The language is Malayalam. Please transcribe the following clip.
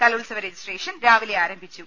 കലോത്സവ രജിസ്ട്രേഷൻ രാവിലെ ആരംഭിച്ചു